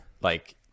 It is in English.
Like-